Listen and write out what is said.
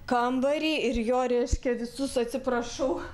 kambarį ir jo reiškia visus atsiprašau